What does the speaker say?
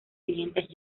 clientes